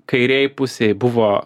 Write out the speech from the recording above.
kairėj pusėje buvo